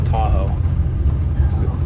Tahoe